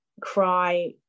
cry